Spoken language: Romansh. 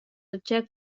darcheu